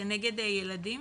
כנגד הילדים?